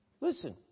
listen